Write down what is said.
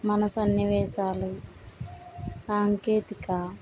మన సన్నివేశాలు సాంకేతిక